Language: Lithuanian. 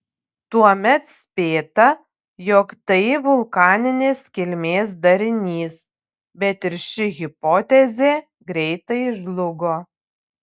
tuomet spėta jog tai vulkaninės kilmės darinys bet ir ši hipotezė greitai žlugo